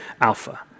Alpha